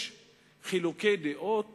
יש חילוקי דעות